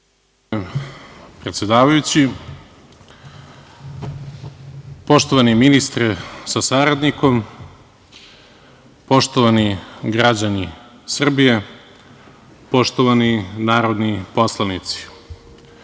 Predsedavajući, poštovani ministre sa saradnikom, poštovani građani Srbije, poštovani narodni poslanici,